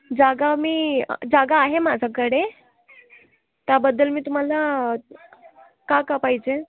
जागा मी जागा आहे माझ्याकडे त्याबद्दल मी तुम्हाला का का पाहिजे